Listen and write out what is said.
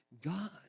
God